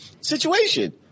situation